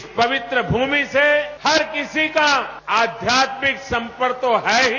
इस पवित्र भूमि स हर किसी का आध्यात्मिक सम्पर्क तो है ही